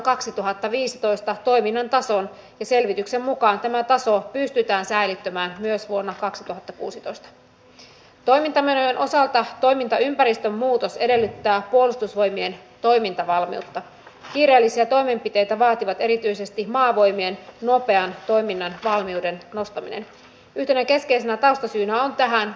ja kuten täällä on muutamassa erittäin hyvässä puheenvuorossa kerrottu eiväthän kaikki lait ole valmiita ennen kuin tulevat tänne näin ne ovat avoimia kaikelle tässä valmisteluvaiheessa lausuntoja pyydetään nimenomaan sen takia että jos sieltä löytyisi jotain ideaa